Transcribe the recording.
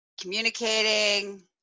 communicating